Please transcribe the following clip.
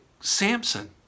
Samson